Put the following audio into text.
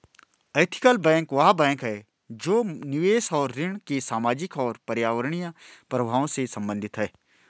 ethical bank वह bank है जो निवेश और ऋण के सामाजिक और पर्यावरणीय प्रभावों से संबंधित है